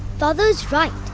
father is right.